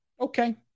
okay